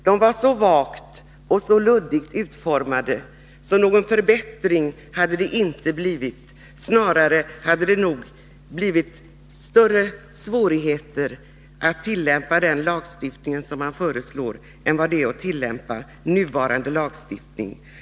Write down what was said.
Dessa förslag är så vagt och luddigt utformade, att det inte hade blivit någon förbättring — snarare hade det blivit större svårigheter att tillämpa den föreslagna lagstiftningen än vad det är att tillämpa nuvarande lagstiftning.